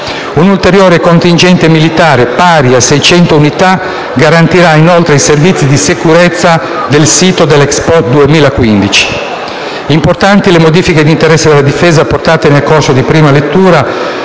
Un ulteriore contingente militare, pari a 600 unità, garantirà inoltre i servizi di sicurezza del sito dell'Expo 2015. Importanti le modifiche di interesse della Difesa apportate nel corso della prima lettura